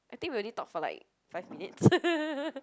I think we only talk for like five minutes